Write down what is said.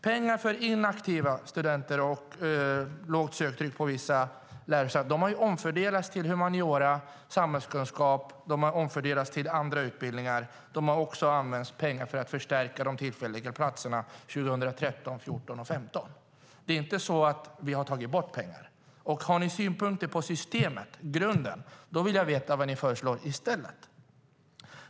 Pengar för inaktiva studenter och för lärosäten med lågt söktryck har omfördelats till humaniora, samhällsvetenskap och andra utbildningsområden. Pengar har också använts till att förstärka de tillfälliga platserna 2013, 2014 och 2015. Vi har inte tagit bort pengar. Om Socialdemokraterna har synpunkter på grunden i systemet vill jag veta vad de i stället föreslår.